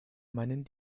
meinen